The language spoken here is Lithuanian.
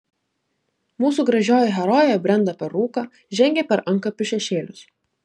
mūsų gražioji herojė brenda per rūką žengia per antkapių šešėlius